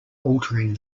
altering